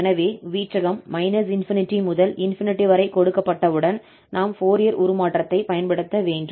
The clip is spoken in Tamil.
எனவே வீச்சகம் −∞ முதல் ∞ வரை கொடுக்கப்பட்டவுடன் நாம் ஃபோரியர் உருமாற்றத்தைப் பயன்படுத்த வேண்டும்